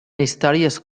històries